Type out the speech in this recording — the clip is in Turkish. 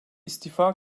istifa